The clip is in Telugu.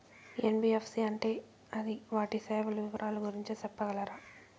ఎన్.బి.ఎఫ్.సి అంటే అది వాటి సేవలు వివరాలు గురించి సెప్పగలరా?